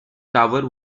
tower